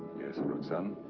yes, roxane.